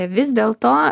vis dėlto